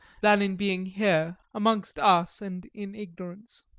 than in being here amongst us and in ignorance.